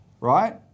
right